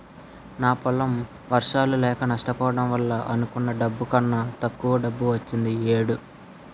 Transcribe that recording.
నా పొలం వర్షాలు లేక నష్టపోవడం వల్ల అనుకున్న డబ్బు కన్నా తక్కువ డబ్బు వచ్చింది ఈ ఏడు